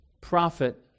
prophet